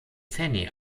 fanny